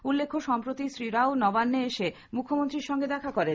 উল্লেখ্য সম্প্রতি শ্রী রাও নবান্নে এসে মুখ্যমন্ত্রীর সঙ্গে দেখা করেন